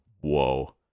whoa